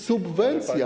Subwencja.